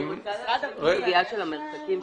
אני רוצה להשלים את הסוגיה של המרחקים.